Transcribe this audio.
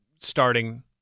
starting